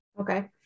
Okay